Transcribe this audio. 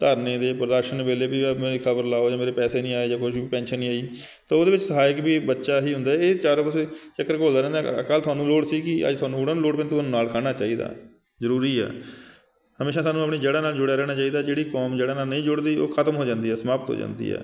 ਧਰਨੇ ਦੇ ਪ੍ਰਦਰਸ਼ਨ ਵੇਲੇ ਵੀ ਆਹ ਮੇਰੀ ਖ਼ਬਰ ਲਾਓ ਜਾਂ ਮੇਰੇ ਪੈਸੇ ਨਹੀਂ ਆਏ ਜਾਂ ਕੁਛ ਪੈਂਨਸ਼ਨ ਨਹੀਂ ਆਈ ਤਾਂ ਉਹਦੇ ਵਿੱਚ ਸਹਾਇਕ ਵੀ ਬੱਚਾ ਹੀ ਹੁੰਦਾ ਇਹ ਚਾਰੋਂ ਪਾਸੇ ਚੱਕਰ ਘੁੰਮਦਾ ਰਹਿੰਦਾ ਕੱਲ੍ਹ ਤੁਹਾਨੂੰ ਲੋੜ ਸੀਗੀ ਅੱਜ ਤੁਹਾਨੂੰ ਉਨਾਂ ਨੂੰ ਲੋੜ ਪੈਂਦੀ ਤਾਂ ਤੁਹਾਨੂੰ ਨਾਲ ਖੜਨਾ ਚਾਹੀਦਾ ਜ਼ਰੂਰੀ ਆ ਹਮੇਸ਼ਾ ਸਾਨੂੰ ਆਪਣੀ ਜੜ੍ਹਾਂ ਨਾਲ ਜੁੜਿਆ ਰਹਿਣਾ ਚਾਹੀਦਾ ਜਿਹੜੀ ਕੌਮ ਜੜ੍ਹਾਂ ਨਾਲ ਨਹੀਂ ਜੁੜਦੀ ਉਹ ਖਤਮ ਹੋ ਜਾਂਦੀ ਆ ਸਮਾਪਤ ਹੋ ਜਾਂਦੀ ਆ